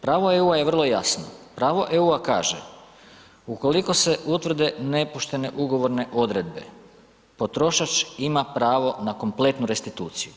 Pravo EU-a je vrlo jasno, pravo EU-a kaže ukoliko se utvrde nepoštene ugovorne odredbe, potrošač ima pravo na kompletnu restituciju.